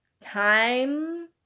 time